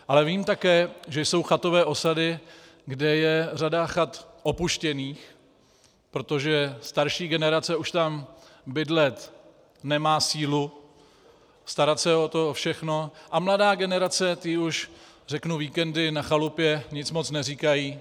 Ale vím také, že jsou chatové osady, kde je řada chat opuštěných, protože starší generace už tam bydlet nemá sílu, starat se o to o všechno, a mladá generace, té už víkendy na chalupě nic moc neříkají.